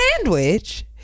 sandwich